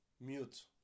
Mute